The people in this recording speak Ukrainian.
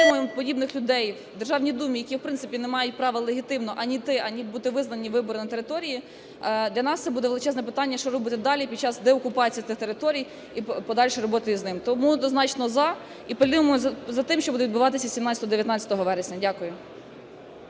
отримуємо у подібних людей у Державній Думі, які, в принципі, не мають права легітимно ані йти, ані бути визнані вибори на території. Для нас це буде величезне питання, що робити далі, під час деокупації цих територій і подальшої роботи з ними. Тому однозначно "за". І подивимося за тим, що буде відбуватися 17-19 вересня. Дякую.